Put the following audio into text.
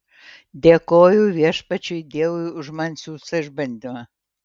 dėkoju viešpačiui dievui už man siųstą išbandymą